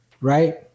Right